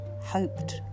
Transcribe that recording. hoped